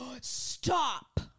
Stop